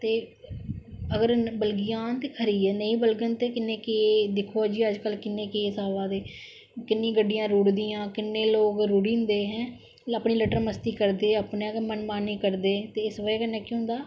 ते अगर बलगी जान ते खरी त नेई बलगन ते किन्ने केस दिक्खो जी अजकल किन्ने केस अवा दे किन्नी गड्डियां रुढ़दियां किन्ने लोक रुढ़ी जंदे हैं अपनी लटरमस्ती करदे अपने गै मन मानी करदे ते इस बजह कन्नै के होंदा